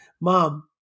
Mom